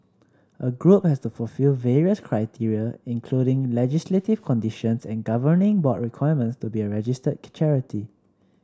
a group has to fulfil various criteria including legislative conditions and governing board requirements to be a registered charity